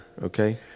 Okay